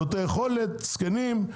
מעוטי יכולת, זקנים.